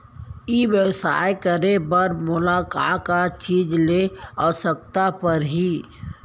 ई व्यवसाय करे बर मोला का का चीज के आवश्यकता परही?